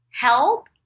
help